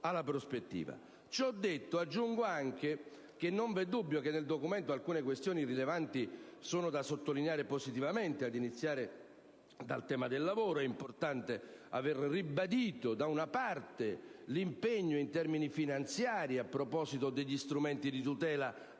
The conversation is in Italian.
alla prospettiva. Ciò detto, non v'è dubbio che nel Documento alcune questioni rilevanti sono da sottolineare positivamente, ad iniziare dal tema del lavoro. È importante aver ribadito l'impegno in termini finanziari a proposito degli strumenti di tutela